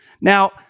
Now